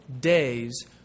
days